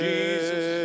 Jesus